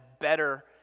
better